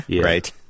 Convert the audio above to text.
Right